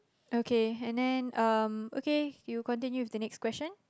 okay and then um okay you continue with the next question